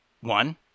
one